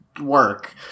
work